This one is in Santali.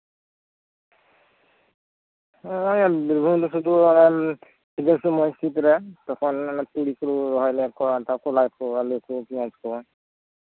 ᱦᱚᱸᱼᱚᱭ ᱵᱤᱨᱵᱷᱩᱢ ᱨᱮᱫᱚ ᱥᱩᱫᱩ ᱚᱱᱮ ᱯᱩᱡᱟᱹ ᱥᱩᱢᱟᱹᱭ ᱥᱤᱛ ᱨᱮ ᱛᱚᱠᱷᱚᱱ ᱚᱱᱮ ᱛᱩᱲᱤ ᱠᱩ ᱨᱚᱦᱚᱭ ᱞᱮᱫᱟ ᱠᱚ ᱟᱨ ᱛᱟᱨᱯᱚᱨ ᱠᱚᱞᱟᱭ ᱠᱚ ᱟᱞᱩ ᱠᱚ ᱯᱮᱸᱭᱟᱡᱽ ᱠᱚ